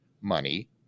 money